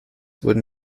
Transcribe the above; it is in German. wurden